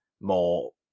more